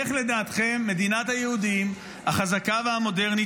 איך לדעתכם מדינת היהודים החזקה והמודרנית